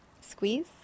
squeeze